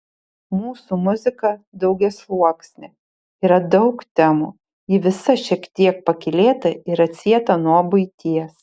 mūsų muzika daugiasluoksnė yra daug temų ji visa šiek tiek pakylėta ir atsieta nuo buities